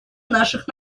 наших